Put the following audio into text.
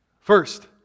First